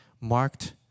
marked